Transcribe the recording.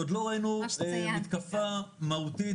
עוד לא ראינו מתקפה מהותית,